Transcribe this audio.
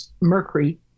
mercury